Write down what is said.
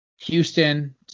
Houston